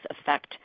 affect